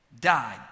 died